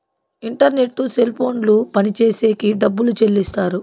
internet cell ఫోన్లు పనిచేసేకి డబ్బులు చెల్లిస్తారు